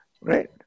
Right